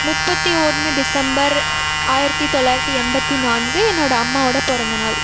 முப்பத்தி ஒன்று டிசம்பர் ஆயிரத்தி தொள்ளாயிரத்தி எண்பத்தி நான்கு என்னோடய அம்மாவோடய பிறந்த நாள்